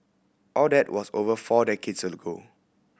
all that was over four decades ago